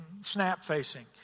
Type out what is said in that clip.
snap-facing